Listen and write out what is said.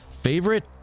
Favorite